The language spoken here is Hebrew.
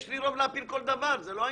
יש לי רוב להפיל כל דבר, זה לא העניין.